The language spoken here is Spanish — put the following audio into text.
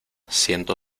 ciento